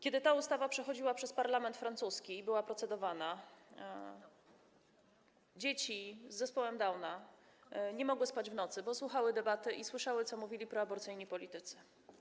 Kiedy ta ustawa przechodziła przez parlament francuski, kiedy nad nią procedowano, dzieci z zespołem Downa nie mogły w nocy spać, bo słuchały debaty i słyszały, co mówili proaborcyjni politycy.